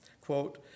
Quote